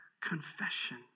confession